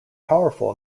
powerful